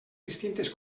distintes